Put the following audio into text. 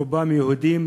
רובם יהודים,